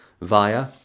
via